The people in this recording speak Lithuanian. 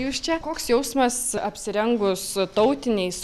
jūs čia koks jausmas apsirengus tautiniais